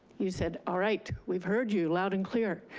you said all right, we heard you, loud and clear,